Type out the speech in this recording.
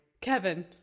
Kevin